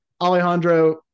Alejandro